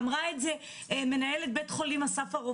אמרה את זה מנהלת בית החולים אסף הרופא,